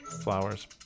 flowers